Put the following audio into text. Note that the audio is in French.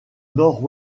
nord